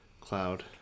cloud